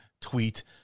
tweet